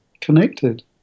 connected